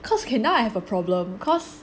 cause can now I have a problem cause